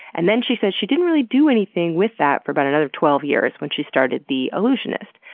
and then she says she didn't really do anything with that for about another twelve years when she started the allusionist.